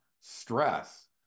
stress